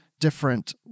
different